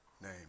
name